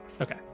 Okay